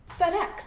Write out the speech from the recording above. FedEx